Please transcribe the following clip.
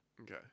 Okay